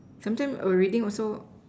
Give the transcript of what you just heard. sometimes err reading also